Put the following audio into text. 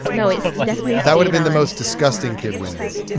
no, it's definitely that would've been the most disgusting kid wins